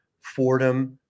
Fordham